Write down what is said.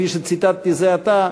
כפי שציטטתי זה עתה,